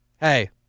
hey